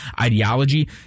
ideology